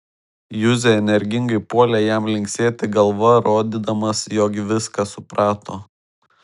juzė energingai puolė jam linksėti galva rodydamas jog viską suprato